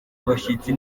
abashyitsi